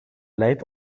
leidt